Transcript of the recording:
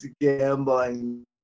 gambling